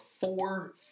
four